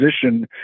position